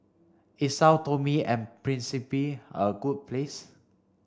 is Sao Tome and Principe a good place